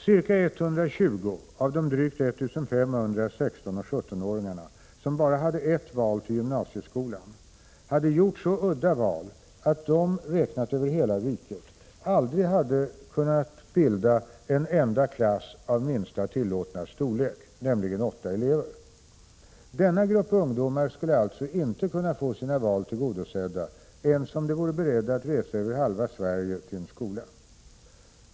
Ca 120 av de drygt 1 500 16 och 17-åringarna, som bara hade ett val till gymnasieskolan, hade gjort så udda val att de — räknat över hela riket — aldrig hade kunnat bilda en enda klass av minsta tillåtna storlek, nämligen åtta elever. Denna grupp ungdomar skulle alltså inte kunna få sina val tillgodosedda, ens om de vore beredda att resa över halva Sverige till en skola!